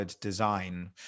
design